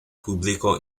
público